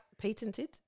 patented